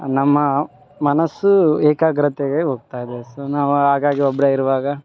ನಮ್ಮ ಮನಸ್ಸು ಏಕಾಗ್ರತೆಗೆ ಹೋಗ್ತಾ ಇದೆ ಸೊ ನಾವು ಹಾಗಾಗಿ ಒಬ್ಬರೇ ಇರುವಾಗ